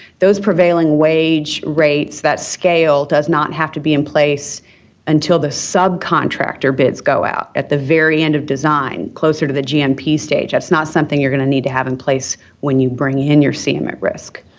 those prevailing wage rates, that scale, does not have to be in place until the subcontractor bids go out at the very end of design, closer to the gmp stage. that's not something you're going to need to have in place when you bring in your cm at risk.